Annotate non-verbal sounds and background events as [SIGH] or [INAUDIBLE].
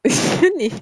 [LAUGHS]